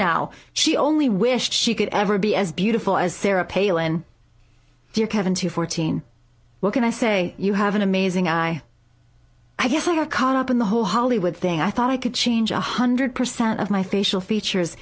now she only wished she could ever be as beautiful as sarah pailin dear kevin two fourteen what can i say you have an amazing guy i guess i have caught up in the whole hollywood thing i thought i could change one hundred percent of my facial features